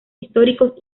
históricos